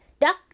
duck